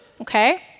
Okay